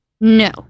No